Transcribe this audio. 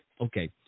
okay